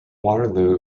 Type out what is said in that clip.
waterloo